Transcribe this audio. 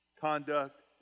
conduct